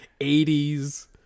80s